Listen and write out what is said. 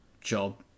job